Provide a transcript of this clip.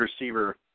receiver